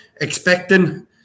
expecting